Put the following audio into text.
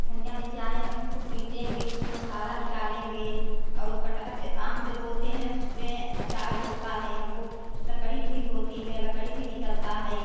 धनिया ले कर आए हैं उसको पीटेंगे उसको मसाला निकालेंगे और कटहल आम जो बोते हैं तो उसमें अचार होता है हमको लकड़ी भी होती है लकड़ी भी निकलता है